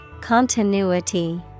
Continuity